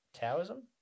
Taoism